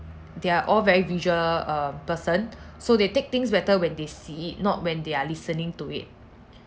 they are all very visual err person so they take things better when they see it not when they are listening to it